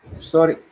sorry,